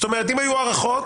אם עמדת בהנחיה